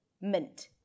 Mint